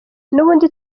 n’ubundi